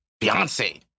Beyonce